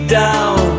down